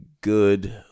good